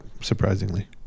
surprisingly